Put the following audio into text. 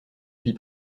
vie